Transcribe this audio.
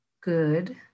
good